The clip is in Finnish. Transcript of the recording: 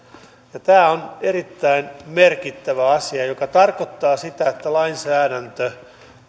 tämä on erittäin merkittävä asia joka tarkoittaa sitä että lainsäädäntö